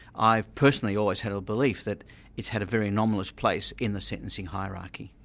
i personally always held a belief that it's had a very nominalist place in the sentencing hierarchy.